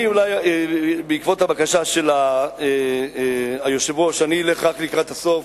אני אולי בעקבות הבקשה של היושב-ראש אלך לקראת הסוף.